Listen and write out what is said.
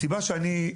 הסיבה שאני,